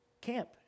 camp